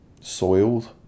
soiled